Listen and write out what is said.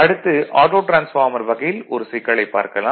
அடுத்து auto transformer வகையில் ஒரு சிக்கலைப் பார்க்கலாம்